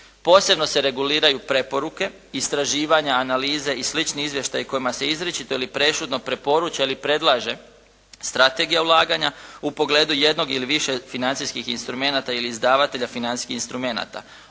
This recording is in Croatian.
Posebno se reguliraju preporuke, istraživanja, analize i slični izvještaji kojima se izričito ili prešutno preporuča ili predlaže strategija ulaganja u pogledu jednog ili više financijskih instrumenata ili izdavatelja financijskih instrumenata.